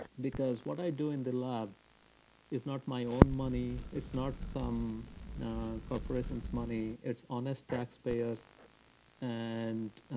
because what i do in the lab is not my own money, it's not some corporation's money, it's honest taxpayers and